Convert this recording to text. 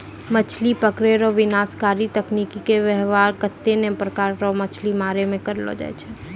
मछली पकड़ै रो विनाशकारी तकनीकी के वेवहार कत्ते ने प्रकार रो मछली मारै मे करलो जाय छै